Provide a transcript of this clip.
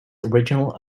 original